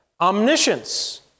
Omniscience